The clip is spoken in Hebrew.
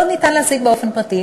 לא ניתן להעסיק באופן פרטי,